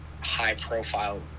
high-profile